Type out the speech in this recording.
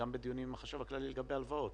גם בדיונים עם החשב הכללי לגבי הלוואות